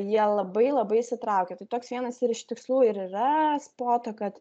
jie labai labai įsitraukia tai toks vienas ir iš tikslų ir yra spoto kad